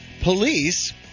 Police